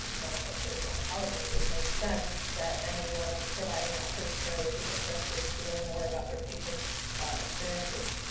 medical and surgical oncology, it makes sense that anyone providing that sort of care will be interested to learn more about their patients' experiences.